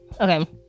okay